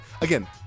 Again